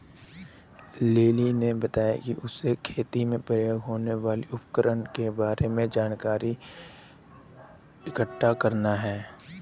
lily ने बताया कि उसे खेती में प्रयोग होने वाले उपकरण के बारे में जानकारी इकट्ठा करना है